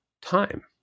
time